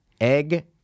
Egg